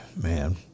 man